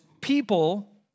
People